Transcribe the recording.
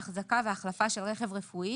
אחזקה והחלפה של רכב רפואי